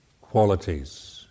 qualities